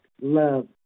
love